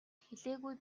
хэлээгүй